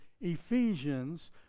Ephesians